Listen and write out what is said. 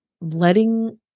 letting